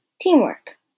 Teamwork